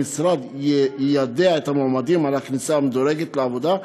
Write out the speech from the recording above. המשרד יידע את המועמדים על הכניסה המדורגת לעבודה,